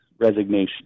resignation